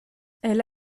elle